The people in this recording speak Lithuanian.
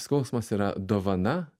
skausmas yra dovana